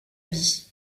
vie